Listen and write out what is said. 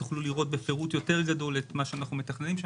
תוכלו לראות בפירוט יותר גדול את מה שאנחנו מתכננים שם.